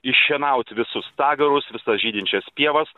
iššienaut visus stagarus visas žydinčias pievas